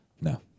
No